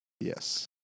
Yes